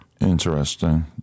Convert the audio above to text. Interesting